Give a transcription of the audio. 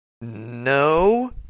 no